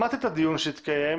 שמעת את הדיון שהתקיים.